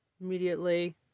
immediately